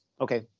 okay